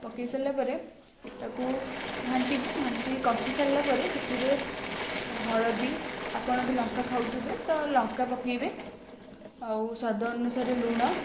ପକାଇ ସାରିଲା ପରେ ତାକୁ ଘାଣ୍ଟିବୁ ଘାଣ୍ଟିକି କଷି ସାରିଲା ପରେ ସେଥିରେ ହଳଦୀ ଆପଣ ଯଦି ଲଙ୍କା ଖାଉଥିବେ ତ ଲଙ୍କା ପକାଇବେ ଆଉ ସ୍ୱାଦ ଅନୁସାରେ ଲୁଣ